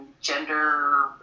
gender